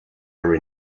were